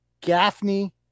Gaffney